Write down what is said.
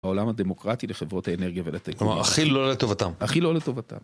העולם הדמוקרטי לחברות האנרגיה ולתגובה. כלומר, כיל לא לטובתם. אכיל לא לטובתם.